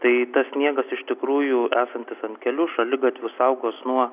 tai tas sniegas iš tikrųjų esantis ant kelių šaligatvių saugos nuo